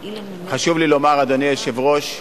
חשוב לי לומר, אדוני היושב-ראש,